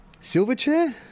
Silverchair